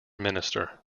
minister